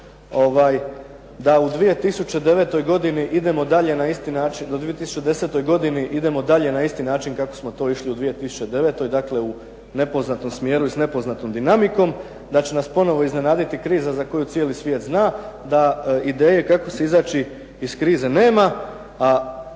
da u 2010. godini idemo dalje na isti način kako smo to išli u 2009. dakle u nepoznatom smjeru i s nepoznatom dinamikom, da će nas ponovo iznenaditi kriza za koju cijeli svijet zna da ideje kako izaći iz krize nema.